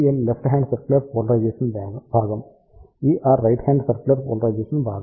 EL left hand circular polarization భాగం ER right hand circular polarization భాగం